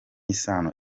isano